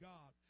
God